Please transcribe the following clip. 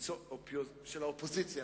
של האופוזיציה,